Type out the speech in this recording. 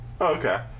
Okay